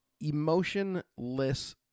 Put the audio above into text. Emotionless